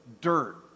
dirt